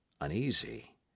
uneasy